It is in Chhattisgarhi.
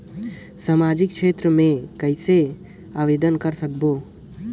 समाजिक क्षेत्र मे कइसे आवेदन कर सकबो?